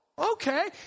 Okay